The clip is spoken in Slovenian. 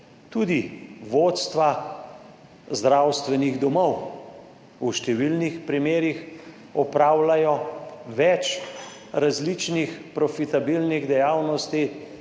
tudi vodstva zdravstvenih domov v številnih primerih opravljajo več različnih profitabilnih dejavnosti,